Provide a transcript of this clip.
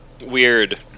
Weird